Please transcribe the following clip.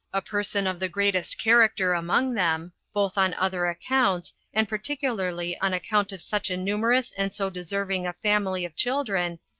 a person of the greatest character among them, both on other accounts, and particularly on account of such a numerous and so deserving a family of children,